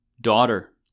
Daughter